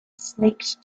sneaked